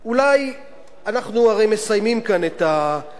אנחנו הרי מסיימים כאן את הקדנציה הזאת,